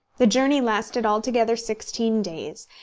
the journey lasted altogether sixteen days,